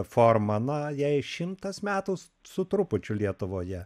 forma na jai šimtas metų su trupučiu lietuvoje